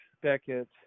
Beckett